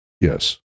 Yes